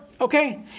okay